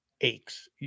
aches